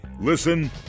Listen